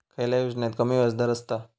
खयल्या योजनेत कमी व्याजदर असता?